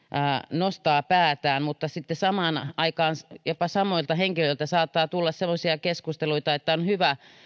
nostaa päätään mutta sitten samaan aikaan jopa samoilta henkilöiltä saattaa tulla semmoisia keskusteluita että on hyvä